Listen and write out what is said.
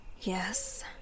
Yes